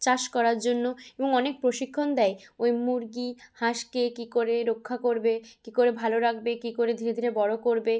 চাষ করার জন্য এবং অনেক প্রশিক্ষণ দেয় ওই মুরগি হাঁসকে কী করে রক্ষা করবে কী করে ভালো রাখবে কী করে ধীরে ধীরে বড় করবে